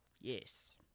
Yes